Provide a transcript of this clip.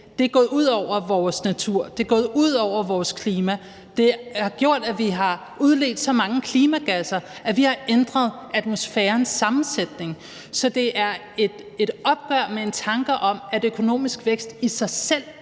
det er gået ud over vores natur, er gået ud over vores klima. Det har gjort, at vi har udledt så mange klimagasser, at vi har ændret atmosfærens sammensætning. Så det er et opgør med en tanke om, at økonomisk vækst i sig selv